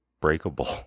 breakable